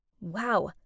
Wow